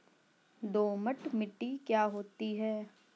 दोमट मिट्टी क्या होती हैं?